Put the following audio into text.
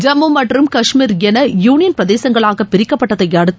ஜம்மு மற்றம் கஷ்மீர் என யூனியன் பிரதேசங்களாக பிரிக்கப்பட்டதை அடுத்து